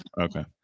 Okay